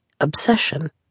obsession